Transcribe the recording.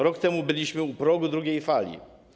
Rok temu byliśmy u progu drugiej fali.